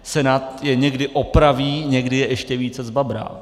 Senát je někdy opraví, někdy je ještě více zbabrá.